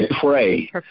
pray